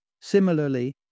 Similarly